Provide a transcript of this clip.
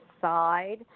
side